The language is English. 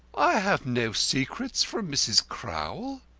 i have no secrets from mrs. crowl,